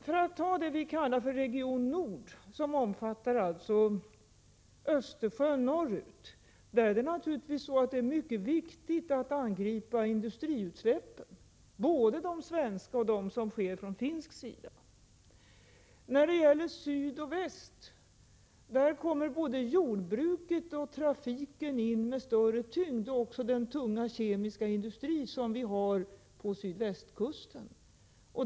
För att ta Region Nord som omfattar Östersjön norrut, är det naturligtvis mycket viktigt att angripa industriutsläppen, både de svenska och de som sker från finsk sida. I syd och väst har både jordbruket och trafiken stor tyngd, liksom den tunga kemiska industri som vi har på sydvästkusten.